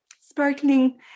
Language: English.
sparkling